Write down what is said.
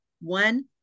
one